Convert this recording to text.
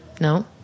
No